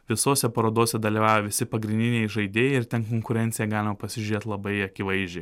visose parodose dalyvauja visi pagrindiniai žaidėjai ir ten konkurencija galima pasižiūrėt labai akivaizdžiai